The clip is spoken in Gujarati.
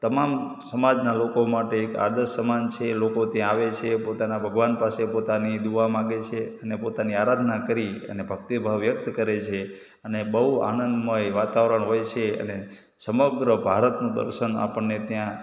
તમામ સમાજના લોકો માટે એક આદર્શ સમાન છે લોકો ત્યાં આવે છે પોતાના ભગવાન પાસે પોતાની દુઆ માગે છે અને પોતાની આરાધના કરી અને ભક્તિ ભાવ વ્યક્ત કરે છે અને બહુ આનંદમય વાતાવરણ હોય છે અને સમગ્ર ભારતનું દર્શન આપણને ત્યાં